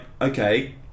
okay